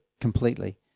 completely